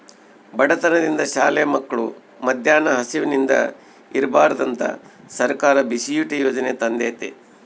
ಬಡತನದಿಂದ ಶಾಲೆ ಮಕ್ಳು ಮದ್ಯಾನ ಹಸಿವಿಂದ ಇರ್ಬಾರ್ದಂತ ಸರ್ಕಾರ ಬಿಸಿಯೂಟ ಯಾಜನೆ ತಂದೇತಿ